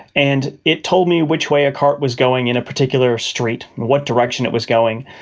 and it told me which way a cart was going in a particular street, what direction it was going,